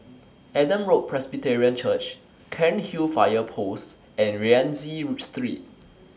Adam Road Presbyterian Church Cairnhill Fire Post and Rienzi Street